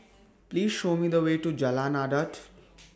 Please Show Me The Way to Jalan Adat